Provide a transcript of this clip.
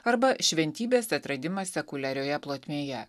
arba šventybės atradimas sekuliarioje plotmėje